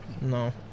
no